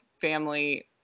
family